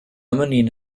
menina